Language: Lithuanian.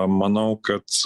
manau kad